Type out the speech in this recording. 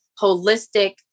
holistic